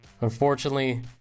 Unfortunately